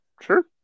sure